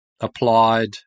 applied